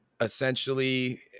essentially